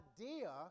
idea